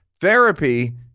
Therapy